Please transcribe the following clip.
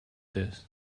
this